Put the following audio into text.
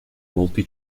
multi